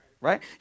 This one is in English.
right